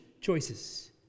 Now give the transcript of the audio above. choices